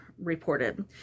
reported